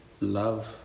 love